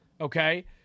Okay